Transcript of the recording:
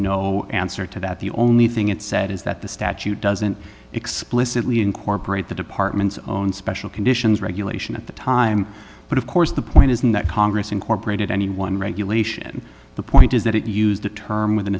no answer to that the only thing it said is that the statute doesn't explicitly incorporate the department's own special conditions regulation at the time but of course the point isn't that congress incorporated any one regulation the point is that it used the term with an